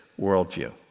worldview